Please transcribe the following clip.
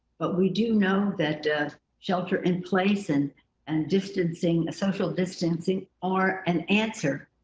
but we do know that shelter in place and and distancing, social distancing are an answer.